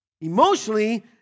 emotionally